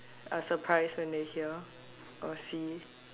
are surprise when they hear or see